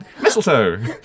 Mistletoe